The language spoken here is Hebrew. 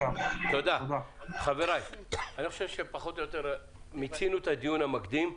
אני חושב שפחות או יותר מיצינו את הדיון המקדים.